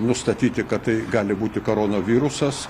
nustatyti kad tai gali būti koronavirusas